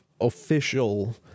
official